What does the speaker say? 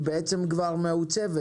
זה אומר שהיא כבר מעוצבת.